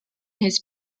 his